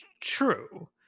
true